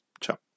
ciao